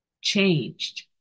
changed